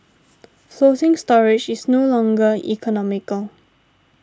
floating storage is no longer economical